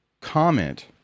comment